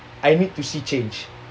I need to see change